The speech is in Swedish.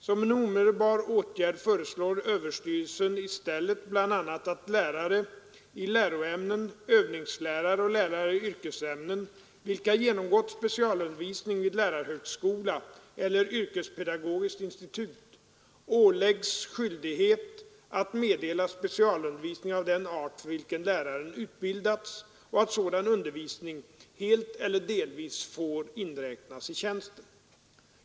Som en omedelbar åtgärd föreslår överstyrelsen i stället bl.a. att lärare i läroämnen, övningslärare och lärare i yrkesämnen, vilken genomgått specialutbildning vid lärarhögskola eller yrkespedagogiskt institut, åläggs skyldighet att meddela specialundervisning av den art för vilken läraren utbildats och att sådan undervisning helt eller delvis får inräknas i tjänsten.